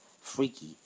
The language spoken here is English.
Freaky